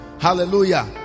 Hallelujah